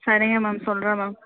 சரிங்க மேம் சொல்கிறேன் மேம்